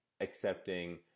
accepting